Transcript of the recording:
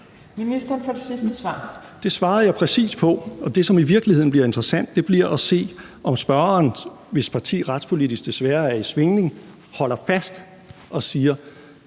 Det svarede jeg præcist på. Og det, som i virkeligheden bliver interessant, bliver at se, om spørgeren, hvis parti retspolitisk desværre er i svingning, holder fast og siger: